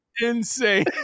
insane